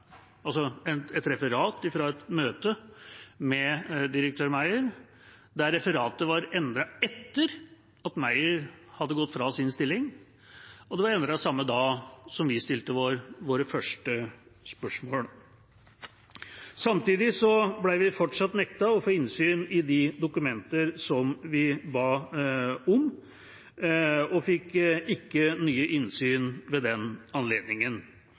altså at et referat fra et møte med direktør Meyer var endret etter at Meyer hadde gått fra sin stilling, og det var endret samme dag som vi stilte våre første spørsmål. Samtidig ble vi fortsatt nektet innsyn i de dokumenter vi ba om, og fikk ikke nye innsyn ved den anledningen. Det mest spesielle ved høringen vil jeg allikevel si var at statsråden sa: «Derfor benyttet vi anledningen